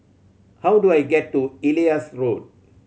how do I get to Elias Road